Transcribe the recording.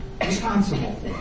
responsible